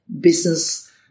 business